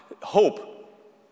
hope